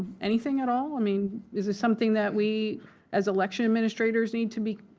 anything at all? i mean, is this something that we as election administrators need to be,